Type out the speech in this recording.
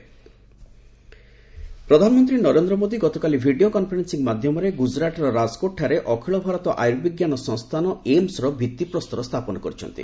PM AIIMS ପ୍ରଧାନମନ୍ତ୍ରୀ ନରେନ୍ଦ୍ର ମୋଦି ଗତକାଲି video conferencing ମାଧ୍ୟମରେ ଗୁଜ୍ଜୁରାଟ୍ର ରାଜକୋଟ୍ଠାରେ ଅଖିଳ ଭାରତ ଆୟୁର୍ବିଜ୍ଞାନ ସଂସ୍ଥାନ ଏମ୍ବର ଭିଭିପ୍ରସ୍ତର ସ୍ଥାପନ କରିଛନ୍ତି